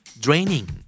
Draining